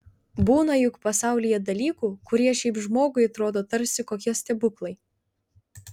būna juk pasaulyje dalykų kurie šiaip žmogui atrodo tarsi kokie stebuklai